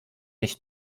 nicht